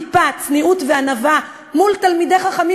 טיפה צניעות וענווה מול תלמידי חכמים